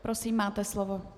Prosím, máte slovo.